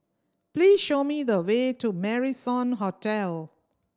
please show me the way to Marrison Hotel